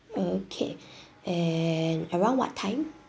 okay and around what time